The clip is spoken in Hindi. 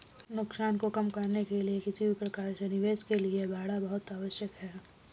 नुकसान को कम करने के लिए किसी भी प्रकार के निवेश के लिए बाड़ा बहुत आवश्यक हैं